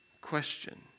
question